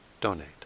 donate